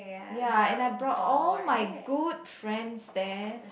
ya and I brought all my good friends there